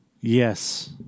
Yes